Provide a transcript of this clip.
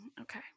Okay